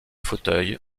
fauteuil